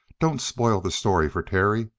don't spoil the story for terry.